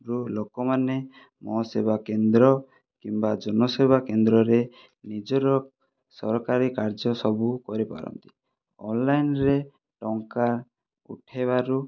ରୁ ଲୋକମାନେ ମୋ' ସେବା କେନ୍ଦ୍ର କିମ୍ବା ଜନସେବା କେନ୍ଦ୍ରରେ ନିଜର ସରକାରୀ କାର୍ଯ୍ୟ ସବୁ କରିପାରନ୍ତି ଅନଲାଇନରେ ଟଙ୍କା ଉଠାଇବାରୁ